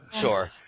Sure